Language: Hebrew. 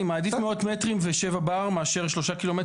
אני מעדיף מאות מטרים ו-7 בר מאשר 3 ק"מ לרוחב.